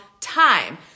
time